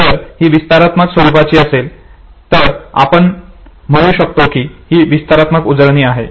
जर ही विस्तारात्मक स्वरूपाची असेल तर आपण म्हणू शकतो की ही विस्तारात्मक उजळणी आहे